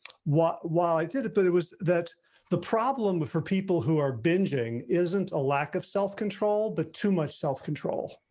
while i did it, but it was that the problem with for people who are bingeing isn't a lack of self control, but too much self control.